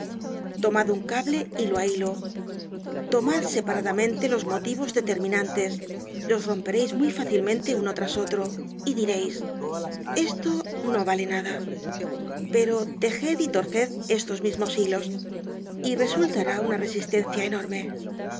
tomad un cable hilo á hilo tomad separadamente los motivos determinantes los rompereis muy fácilmente uno tras otro y direis esto no vale nada pero tejed y torced estos mismos hilos y resultará una resistencia enorme